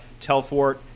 Telfort